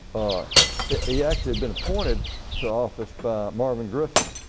ah yeah he actually had been appointed to office by marvin griffin.